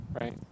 right